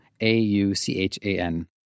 A-U-C-H-A-N